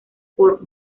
por